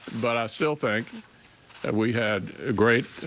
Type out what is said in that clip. but i still think that we had ah great